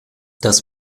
das